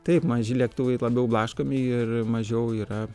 taip maži lėktuvai labiau blaškomi ir mažiau yra